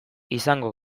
izango